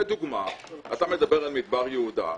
לדוגמה, אתה מדבר על מדבר יהודה.